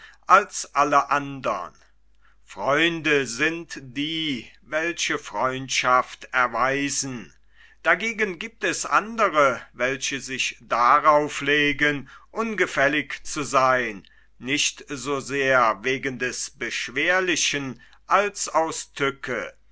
als alle andern freunde sind die welche freundschaft erweisen dagegen giebt es andre welche sich darauf legen ungefällig zu seyn nicht so sehr wegen des beschwerlichen als aus tücke